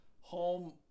home